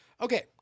Okay